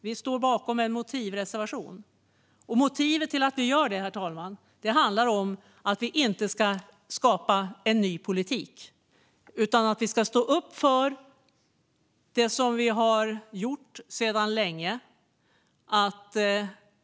Vi står bakom en motivreservation. Motivet till att vi gör det, herr talman, handlar om att vi inte ska skapa en ny politik utan stå upp för det som vi har gjort sedan länge.